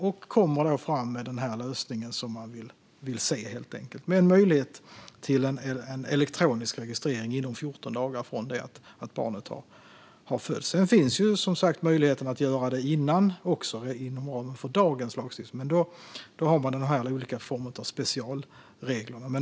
Den kommer fram med den lösning den vill se, nämligen möjlighet till elektronisk registrering inom 14 dagar från det att barnet har fötts. Sedan finns som sagt möjligheten att göra det även före födelsen, inom ramen för dagens lagstiftning, men då har vi de olika formerna av specialregler.